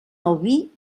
albí